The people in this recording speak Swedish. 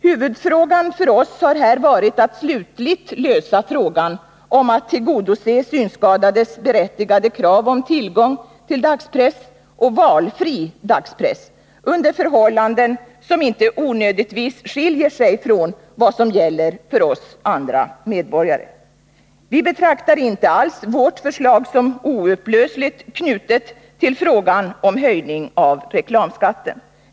Huvudsaken för oss har här varit att slutligt lösa frågan om att tillgodose de synskadades berättigade krav på tillgång till dagspress, och valfri dagspress, under förhållanden som inte onödigtvis skiljer sig från vad som gäller för oss andra medborgare. Vi betraktar inte alls vårt förslag som oupplösligt knutet till frågan om höjning av reklamskatten.